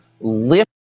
lift